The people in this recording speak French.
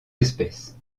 espèces